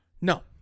No